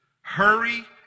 hurry